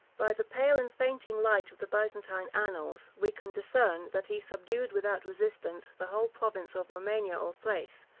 by the pale and fainting light of the byzantine annals, we can discern, that he subdued without resistance the whole province of romania or thrace,